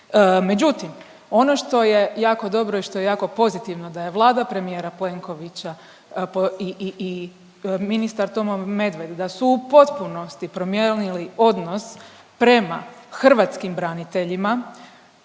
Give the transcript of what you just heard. Međutim, ono što je jako dobro i što je jako pozitivno da je Vlada premijera Plenkovića i ministar Tomo Medved da su u potpunosti promijenili odnos prema hrvatskim braniteljima